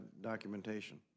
documentation